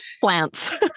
plants